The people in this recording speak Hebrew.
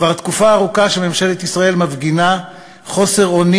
כבר תקופה ארוכה שממשלת ישראל מפגינה חוסר אונים